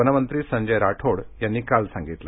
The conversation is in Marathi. वनमंत्री संजय राठोड यांनी काल सांगितलं